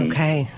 Okay